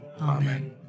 Amen